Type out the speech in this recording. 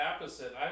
opposite